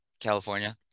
california